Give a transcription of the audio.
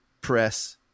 press